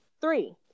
three